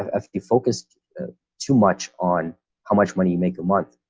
if you focus too much on how much money you make a month,